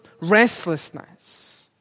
restlessness